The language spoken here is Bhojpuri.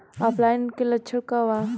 ऑफलाइनके लक्षण क वा?